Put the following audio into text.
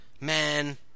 Man